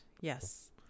Yes